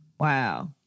Wow